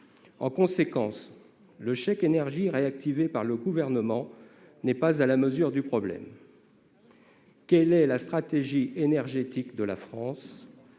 le ministre, le chèque énergie, réactivé par le Gouvernement, n'est pas à la hauteur du problème. Quelle est la stratégie énergétique de la France ?